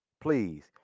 please